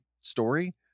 story